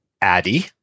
Addy